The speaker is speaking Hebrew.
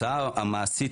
בשארה, אפשר לפני?